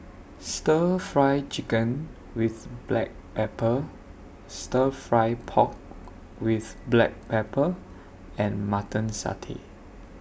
Stir Fry Chicken with Black Pepper Stir Fry Pork with Black Pepper and Mutton Satay